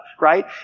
right